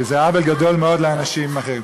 כי זה עוול גדול מאוד לאנשים אחרים.